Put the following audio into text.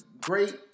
great